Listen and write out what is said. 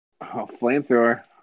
flamethrower